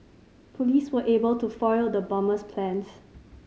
police were able to foil the bomber's plans